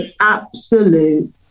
absolute